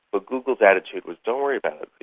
but google's attitude was, don't worry about it,